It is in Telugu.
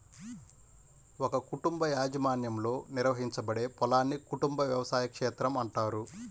ఒక కుటుంబ యాజమాన్యంలో నిర్వహించబడే పొలాన్ని కుటుంబ వ్యవసాయ క్షేత్రం అంటారు